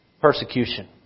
Persecution